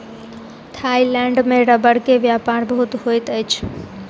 Thailand में रबड़ के व्यापार बहुत होइत अछि